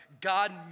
God